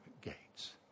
gates